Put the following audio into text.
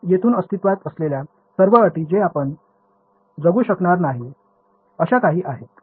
येथून अस्तित्त्वात असलेल्या सर्व अटी जे आपण जगू शकणार नाही अश्या काही आहेत